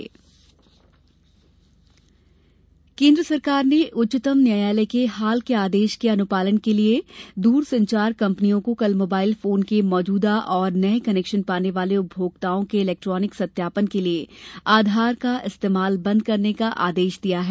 दूरसंचार कंपनी केन्द्र सरकार ने उच्चतम न्यायालय के हाल के आदेश के अनुपालन के लिए दूरसंचार कंपनियों को कल मोबाइल फोन के मौजूदा और नए कनेक्शन पाने वाले उपभोक्ताओं के इलेक्ट्रॉनिक सत्यापन के लिए आधार का इस्तेमाल बेंद करने का आदेश दिया है